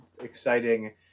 exciting